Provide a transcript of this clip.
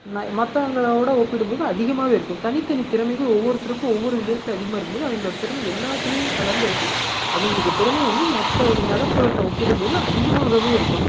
ந மற்றவங்களோட ஒப்பிடும் போது அதிகமாக இருக்கும் தனித்தனி திறமைகள் ஒவ்வொருத்தருக்கும் ஒவ்வொரு விளையாட்டில் அதிகமாக இருக்கும்போது அவங்களோட திறமை எல்லாத்துலேயும் கலந்து இருக்கும் அவங்களுக்கு திறமை வந்து மற்ற நகர்ப்புறத்தை ஒப்பிடும் போது அதிகமாகவே இருக்கும்